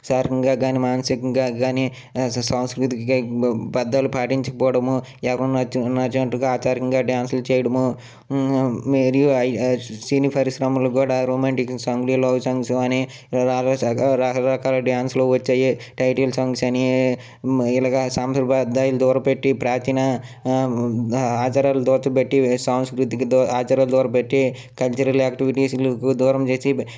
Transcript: శారీరకంగా కాని మానసికంగా కాని సాంస్కృతిక పద్యాలు పాటించకపోవడము ఎవరికి నచ్చినట్టుగా ఆచారంగా డ్యాన్స్లు చేయడము మరియు సినీ పరిశ్రమల్లో కూడా రొమాంటిక్ సాంగ్ని లవ్ సాంగ్స్ కానీ రకరకాల డ్యాన్సులు వచ్చాయి టైటిల్ సాంగ్స్ అని ఇలాగా సందర్భ అధ్యాయాలు దూర పెట్టి ప్రాచీన ఆచారాలు దాచిపెట్టి సాంస్కృతిక ఆచారాలు దూరం పెట్టి కల్చరల్ యాక్టివిటీస్లకు దూరం చేసి